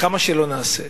כמה שלא נעשה.